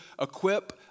equip